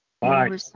Bye